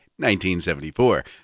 1974